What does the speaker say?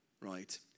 right